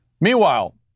Meanwhile